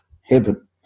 heaven